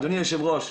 אדוני היושב ראש,